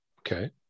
Okay